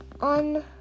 on